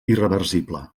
irreversible